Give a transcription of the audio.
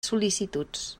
sol·licituds